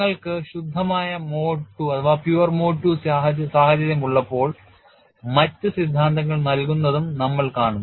നിങ്ങൾക്ക് ശുദ്ധമായ mode II സാഹചര്യം ഉള്ളപ്പോൾ മറ്റ് സിദ്ധാന്തങ്ങൾ നൽകുന്നതും നമ്മൾ കാണും